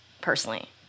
personally